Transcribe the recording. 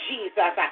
Jesus